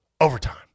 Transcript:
Overtime